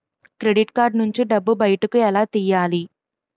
Credit card నుంచి డబ్బు బయటకు ఎలా తెయ్యలి?